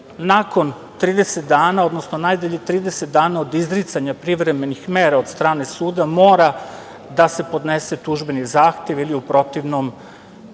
nakon 30 dana, odnosno najdalje 30 dana od izricanja privremenih mera od strane suda, mora da se podnese tužbeni zahtev ili u protivnom